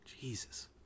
Jesus